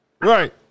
Right